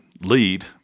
lead